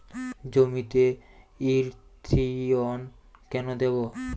জমিতে ইরথিয়ন কেন দেবো?